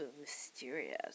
mysterious